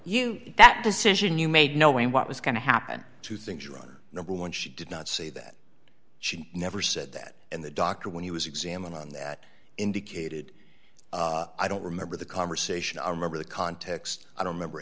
get that decision you made knowing what was going to happen to things run number one she did not say that she never said that and the doctor when he was examined on that indicated i don't remember the conversation i remember the context i don't remember